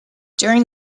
during